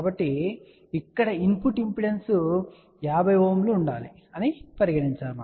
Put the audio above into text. కాబట్టి ఇక్కడ input impedance 50 Ω ఉండాలి అని పరిగణించండి